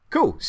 Cool